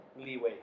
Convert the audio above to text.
Leeway